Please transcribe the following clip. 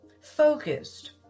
focused